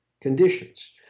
conditions